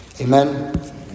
Amen